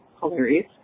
hilarious